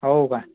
हो काय